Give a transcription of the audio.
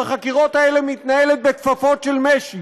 בחקירות האלה מתנהלת בכפפות של משי